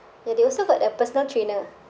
ya they also got their personal trainer